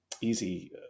easy